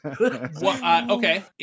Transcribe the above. Okay